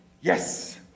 Yes